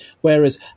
Whereas